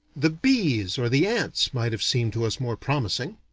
the bees or the ants might have seemed to us more promising.